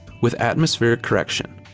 with atmospheric correction.